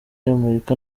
y’amerika